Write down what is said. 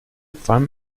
qualm